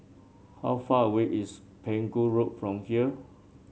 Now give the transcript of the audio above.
how far away is Pegu Road from here